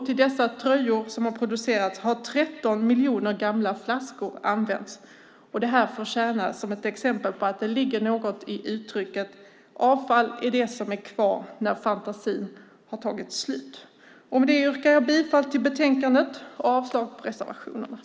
Till de tröjor som har producerats har 13 miljoner gamla flaskor använts. Det här får tjäna som exempel på att det ligger något i uttrycket Avfall är det som är kvar när fantasin har tagit slut. Med det yrkar jag bifall till förslaget i betänkandet och avslag på reservationerna.